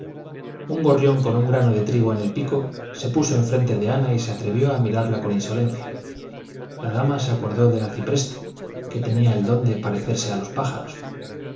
un gorrión con un grano de trigo en el pico se puso enfrente de ana y se atrevió a mirarla con insolencia la dama se acordó del arcipreste que tenía el don de parecerse a los pájaros